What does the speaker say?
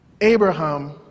Abraham